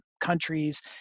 countries